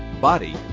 body